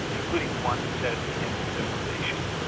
including the one who said its the end of civilisation,